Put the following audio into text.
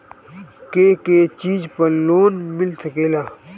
के के चीज पर लोन मिल सकेला?